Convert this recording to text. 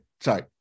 Sorry